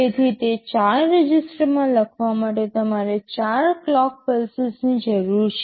તેથી તે 4 રજિસ્ટરમાં લખવા માટે તમારે 4 ક્લોક પલ્સીસની જરૂર છે